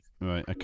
Right